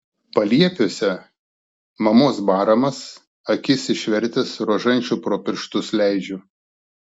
paliepiuose mamos baramas akis išvertęs rožančių pro pirštus leidžiu